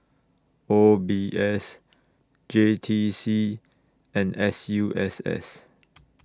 O B S J T C and S U S S